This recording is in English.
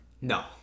No